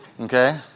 Okay